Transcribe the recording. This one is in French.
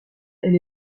elle